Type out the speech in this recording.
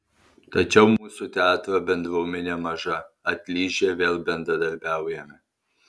tačiau mūsų teatro bendruomenė maža atlyžę vėl bendradarbiaujame